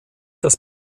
das